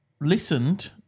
listened